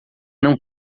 não